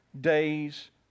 days